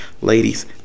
Ladies